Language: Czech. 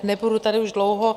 Nebudu tady už dlouho.